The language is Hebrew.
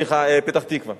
סליחה, פתח-תקווה.